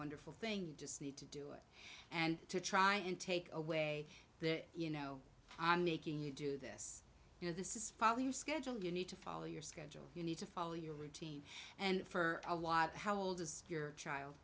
wonderful thing you just need to do it and to try and take away that you know on making you do this you know this is follow your schedule you need to follow your schedule you need to follow your routine and for a lot how old is your child